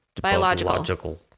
biological